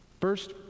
First